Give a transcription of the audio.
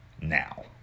now